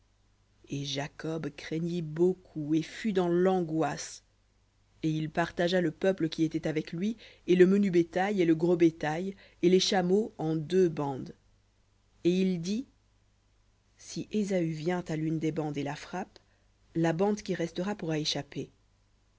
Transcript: et jacob craignit beaucoup et fut dans l'angoisse et il partagea le peuple qui était avec lui et le menu bétail et le gros bétail et les chameaux en deux bandes et il dit si ésaü vient à l'une des bandes et la frappe la bande qui restera pourra échapper